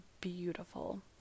beautiful